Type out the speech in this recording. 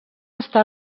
està